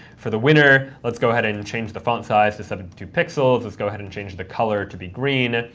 for the winner, let's go ahead and and change the font size to seventy two pixels. let's go ahead and change the color to be green.